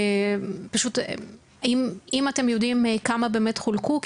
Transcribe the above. פשוט אם אתם יודעים כמה באמת חולקו,